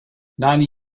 nine